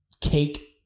cake